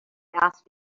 asked